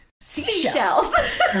seashells